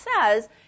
says